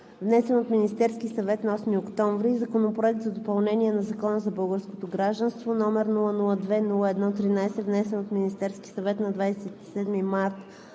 № 902-01-51, внесен от Министерския съвет на 8 октомври, и Законопроект за допълнение на Закона за българското гражданство, № 002-01-13, внесен от Министерския съвет на 27 март